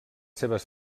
seves